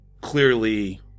clearly